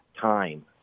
time